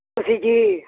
ਤੁਸੀਂ ਜੀ